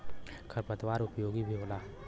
खर पतवार उपयोगी भी होला